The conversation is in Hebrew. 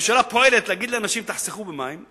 הממשלה פועלת להגיד לאנשים "תחסכו במים",